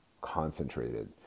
concentrated